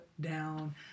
down